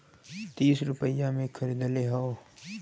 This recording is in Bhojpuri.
तीस रुपइया मे खरीदले हौ